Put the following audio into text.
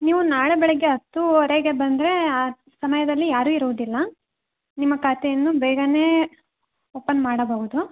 ನೀವು ನಾಳೆ ಬೆಳಗ್ಗೆ ಹತ್ತೂವರೆಗೆ ಬಂದರೆ ಆ ಸಮಯದಲ್ಲಿ ಯಾರೂ ಇರುವುದಿಲ್ಲ ನಿಮ್ಮ ಖಾತೆಯನ್ನು ಬೇಗನೆ ಓಪನ್ ಮಾಡಬಹುದು